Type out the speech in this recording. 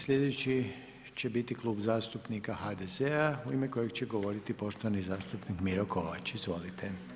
Slijedeći će biti Klub zastupnika HDZ-a u ime kojega će govoriti poštovani zastupnik Miro Kovač, izvolite.